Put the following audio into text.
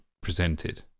presented